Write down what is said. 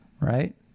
right